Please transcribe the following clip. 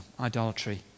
idolatry